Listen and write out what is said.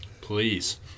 please